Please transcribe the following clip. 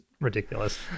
ridiculous